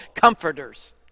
comforters